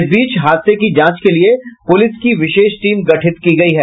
इस बीच हादसे की जांच के लिए पुलिस की विशेष टीम गठित की गयी है